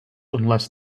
unless